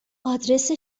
آدرس